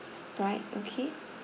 right okay